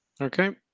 Okay